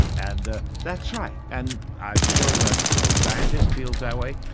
and ah that's right and i'm sure that a scientist feels that way,